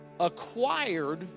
Acquired